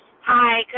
Hi